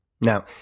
Now